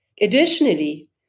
Additionally